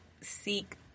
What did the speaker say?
seek